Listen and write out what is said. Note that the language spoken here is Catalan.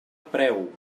preu